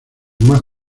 más